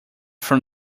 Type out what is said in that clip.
from